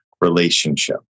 relationship